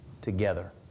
together